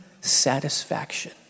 satisfaction